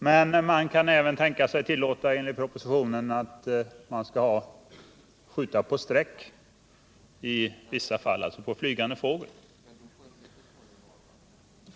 Men enligt propositionen kan man även tänka sig att tillåta jägarna att i vissa fall skjuta på sträck, alltså på flygande fågel.